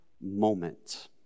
moment